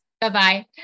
Bye-bye